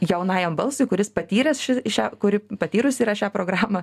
jaunajam balsui kuris patyręs ši šią kuri patyrusi yra šią programą